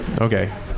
Okay